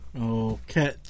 Okay